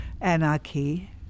anarchy